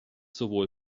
sowohl